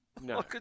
No